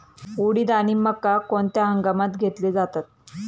उडीद आणि मका कोणत्या हंगामात घेतले जातात?